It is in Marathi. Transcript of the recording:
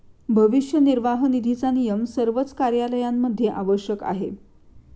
भविष्य निर्वाह निधीचा नियम सर्वच कार्यालयांमध्ये आवश्यक आहे